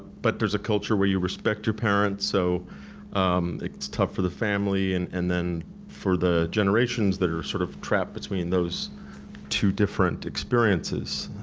but there's a culture where you respect your parents so it's tough for the family, and and then for the generations that are sort of trapped between those two different experiences,